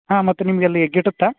ಹಾಂ ಮತ್ತು ನಿಮ್ಗ ಅಲ್ಲಿ ಗಿಟ್ಟುತ್ತಾ